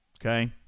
Okay